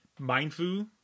Mindfu